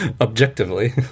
objectively